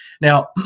Now